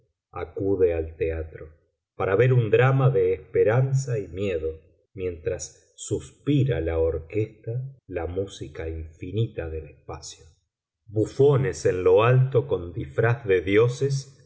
acude al teatro para ver un drama de esperanza y miedo mientras suspira la orquesta la música infinita del espacio bufones en lo alto con disfraz de dioses